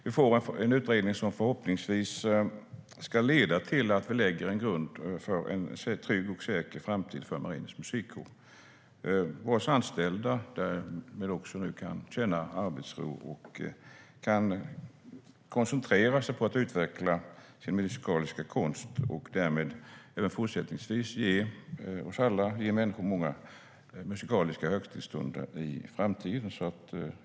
Vi får en utredning som förhoppningsvis lägger en grund för en trygg och säker framtid för Marinens Musikkår, vars anställda ska kunna känna arbetsro och koncentrera sig på att utveckla sin musikaliska konst och därmed fortsättningsvis ge oss alla många musikaliska högtidsstunder i framtiden.